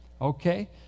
Okay